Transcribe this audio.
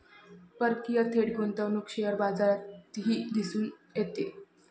परकीय थेट गुंतवणूक शेअर बाजारातही दिसून येते